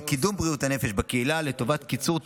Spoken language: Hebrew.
ובקידום בריאות הנפש בקהילה לטובת קיצור תורים,